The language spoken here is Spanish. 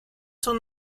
son